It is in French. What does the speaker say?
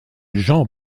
jean